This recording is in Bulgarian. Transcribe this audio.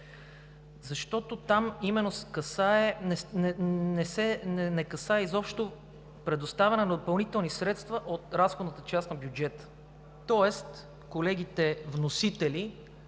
защото не касае изобщо предоставяне на допълнителни средства от разходната част на бюджета, тоест колегите вносители